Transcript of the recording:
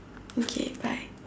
okay bye